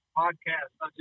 podcast